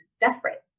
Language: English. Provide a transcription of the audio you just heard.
desperate